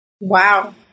Wow